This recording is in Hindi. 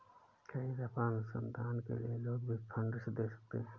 कई दफा अनुसंधान के लिए लोग भी फंडस दे सकते हैं